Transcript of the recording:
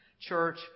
church